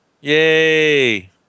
Yay